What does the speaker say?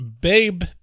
Babe